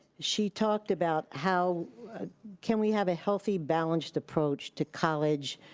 she talked about how can we have a healthy, balanced approach to college,